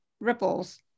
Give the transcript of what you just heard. ripples